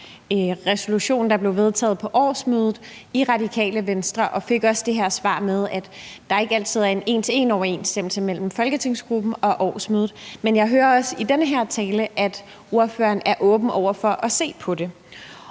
resolution, der blev vedtaget på Radikale Venstres årsmøde, og fik også det svar, at der ikke altid er en en til en-overensstemmelse mellem folketingsgruppen og årsmødet, men jeg hører også i den her tale, at ordføreren er åben over for at se på det.